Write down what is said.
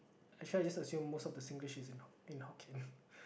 actually I just assume most of the Singlish is in in Hokkien